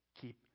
keep